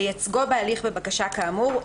לייצגו בהליך בבקשה כאמור,